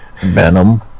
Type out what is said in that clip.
Venom